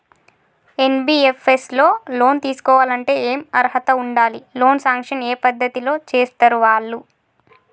NBFS లో loan తీస్కోవాలంటే ఏం అర్హత ఉండాలి? లోన్ సాంక్షన్ ఏ పద్ధతి లో చేస్తరు వాళ్లు?